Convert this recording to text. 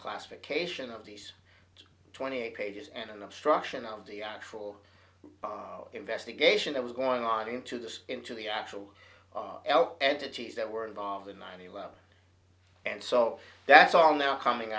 classification of these twenty eight pages and an obstruction of the actual investigation that was going on into the into the actual l entities that were involved in nine eleven and so that's all now coming